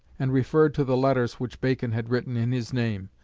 and referred to the letters which bacon had written in his name,